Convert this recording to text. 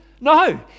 No